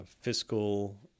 Fiscal